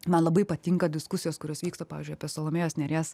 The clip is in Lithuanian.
man labai patinka diskusijos kurios vyksta pavyzdžiui apie salomėjos nėries